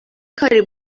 کاری